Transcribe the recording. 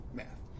math